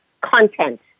content